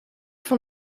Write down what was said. van